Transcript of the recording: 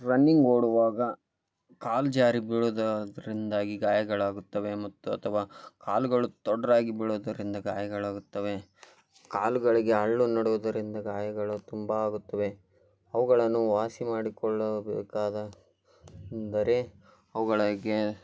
running ಓಡುವಾಗ ಕಾಲು ಜಾರಿ ಬೀಳುದ್ರಿಂದಾಗಿ ಗಾಯಗಳಾಗುತ್ತವೆ ಮತ್ತು ಅಥವಾ ಕಾಲುಗಳು ತೊಡರಾಗಿ ಬೀಳೋದರಿಂದ ಗಾಯಗಳಾಗುತ್ತವೆ ಕಾಲುಗಳಿಗೆ ಹರ್ಳು ನೆಡುವುದರಿಂದ ಗಾಯಗಳು ತುಂಬ ಆಗುತ್ತವೆ ಅವುಗಳನ್ನು ವಾಸಿ ಮಾಡಿಕೊಳ್ಳಬೇಕಾದ ಅಂದರೆ ಅವ್ಗಳಿಗೆ